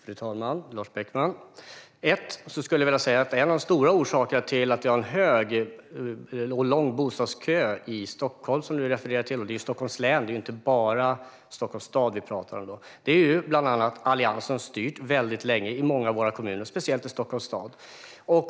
Fru talman! Lars Beckman! Jag skulle vilja nämna en av de stora orsakerna till att vi har en lång bostadskö i Stockholm, som du refererar till. Vi pratar då om Stockholms län, inte bara Stockholms stad. Alliansen har styrt väldigt länge i många av våra kommuner, speciellt i Stockholms stad.